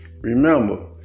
remember